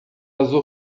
azul